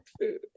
food